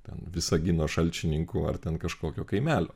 ten visagino šalčininkų ar ten kažkokio kaimelio